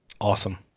Awesome